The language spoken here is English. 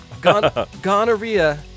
gonorrhea